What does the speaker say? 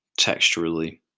texturally